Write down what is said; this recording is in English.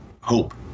hope